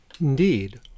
Indeed